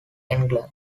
england